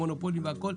מונופולים וכו',